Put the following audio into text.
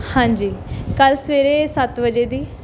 ਹਾਂਜੀ ਕੱਲ੍ਹ ਸਵੇਰੇ ਸੱਤ ਵਜੇ ਦੀ